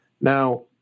now